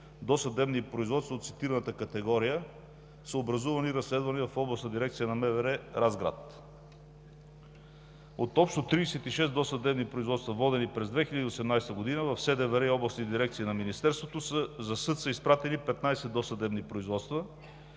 досъдебни производства от цитираната категория са образувани и разследвани в Областна дирекция на МВР – Разград. От общо 36 досъдебни производства, водени през 2018 г. в СДВР и областните дирекции на Министерството, за съд са изпратени 15 досъдебни производства,